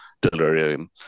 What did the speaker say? delirium